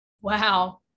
Wow